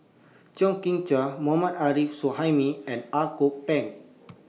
Chew Kheng Chuan More mad Arif Suhaimi and Ang Kok Peng